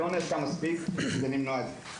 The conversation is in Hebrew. לא נעשה מספיק כדי למנוע את זה.